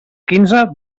quinze